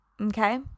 okay